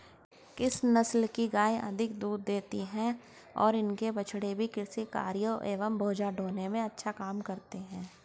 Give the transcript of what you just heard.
किस नस्ल की गायें अधिक दूध देती हैं और इनके बछड़े भी कृषि कार्यों एवं बोझा ढोने में अच्छा काम करते हैं?